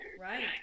Right